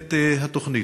את התוכנית?